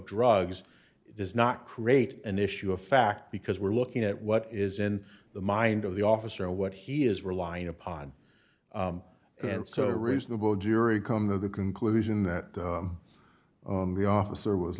drugs does not create an issue of fact because we're looking at what is in the mind of the officer what he is relying upon and so reasonable jury come to the conclusion that the officer was